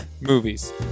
movies